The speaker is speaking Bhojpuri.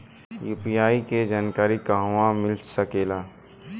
यू.पी.आई के जानकारी कहवा मिल सकेले?